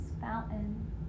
fountain